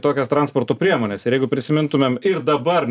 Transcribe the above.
tokias transporto priemones ir jeigu prisimintumėm ir dabar